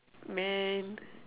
man